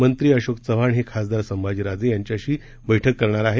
मंत्री अशोक चव्हाण हे खासदार संभाजी राजे यांच्याशी बैठक करणार आहेत